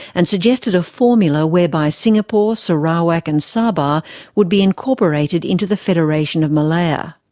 and suggested a formula whereby singapore, sarawak and sabah would be incorporated into the federation of malaya.